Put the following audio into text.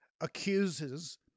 accuses